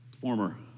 former